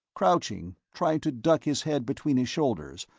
crouching, trying to duck his head between his shoulders,